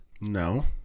No